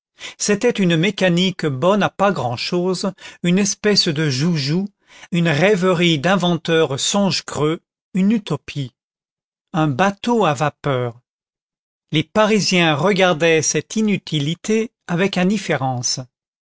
c'était une mécanique bonne à pas grand'chose une espèce de joujou une rêverie d'inventeur songe-creux une utopie un bateau à vapeur les parisiens regardaient cette inutilité avec indifférence